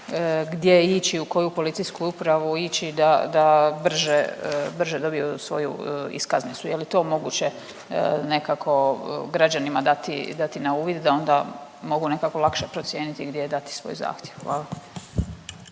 gdje ići, u koju policijsku upravu ići da brže dobiju svoju iskaznicu. Je li to moguće nekako građanima dati na uvid da onda mogu nekako lakše procijeniti gdje dati svoj zahtjev? Hvala.